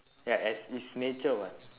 ya as is nature what